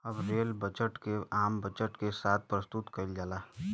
अब rail budget के आम बजट के साथ प्रसतुत कईल जाला